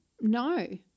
No